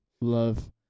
Love